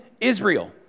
Israel